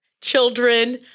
children